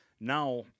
now